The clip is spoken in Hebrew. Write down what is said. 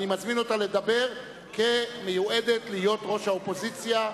אני מזמין אותה לדבר כמיועדת להיות ראש האופוזיציה.